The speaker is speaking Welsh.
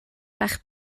bach